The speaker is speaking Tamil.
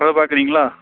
அதை பார்க்குறீங்களா